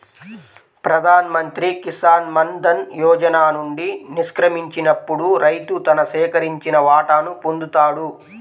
ప్రధాన్ మంత్రి కిసాన్ మాన్ ధన్ యోజన నుండి నిష్క్రమించినప్పుడు రైతు తన సేకరించిన వాటాను పొందుతాడు